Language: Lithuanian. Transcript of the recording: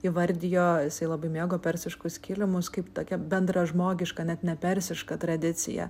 įvardijo jisai labai mėgo persiškus kilimus kaip tokią bendražmogišką net ne persišką tradiciją